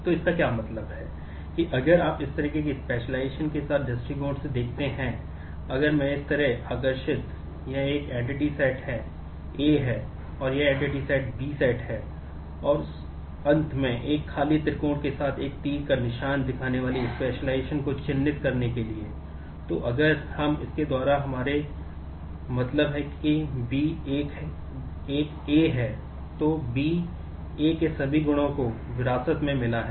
तो इसका क्या मतलब है कि अगर आप इस तरह के स्पेशलाइजेशन के एक उपसमूह में कुछ अतिरिक्त सामान्य गुण हैं